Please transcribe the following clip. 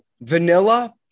Vanilla